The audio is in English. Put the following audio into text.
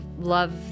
love